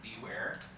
beware